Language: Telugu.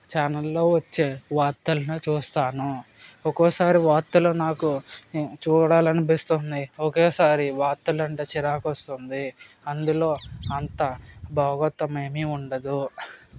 ఛానల్ లో వచ్చే వార్తలని చూస్తాను ఒక్కోసారి వార్తలు నాకు చూడాలి అనిపిస్తుంది ఒకేసారి వార్తలంటే చిరాకు వస్తుంది అందులో అంత భాగోతం ఏమీ ఉండదు